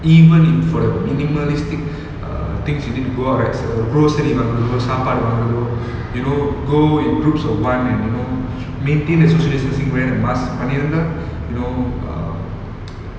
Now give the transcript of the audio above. even if for the minimalistic err things you need to go out right s~ grocery வாங்குறதோ சாப்பாடு வாங்குறதோ:vangurathoo sapadu vanguratho you know go in groups of one and you know maintain the social distancing wear the mask பண்ணிருந்தா:panniruntha you know err